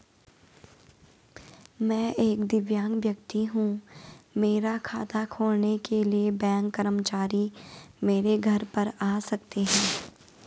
मैं एक दिव्यांग व्यक्ति हूँ मेरा खाता खोलने के लिए बैंक कर्मचारी मेरे घर पर आ सकते हैं?